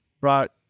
brought